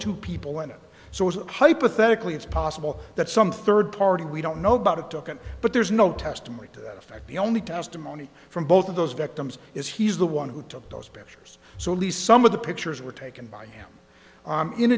two people in it so as hypothetically it's possible that some third party we don't know about a token but there's no testimony to that effect the only testimony from both of those victims is he's the one who took those pictures so at least some of the pictures were taken by him